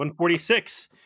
146